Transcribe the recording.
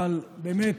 אבל באמת,